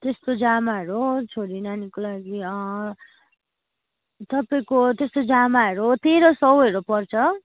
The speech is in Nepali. त्यस्तो जामाहरू छोरी नानीको लागि तपाईँको त्यस्तो जामाहरू तेह्र सौहरू पर्छ